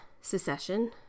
Secession